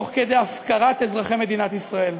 תוך כדי הפקרת אזרחי מדינת ישראל.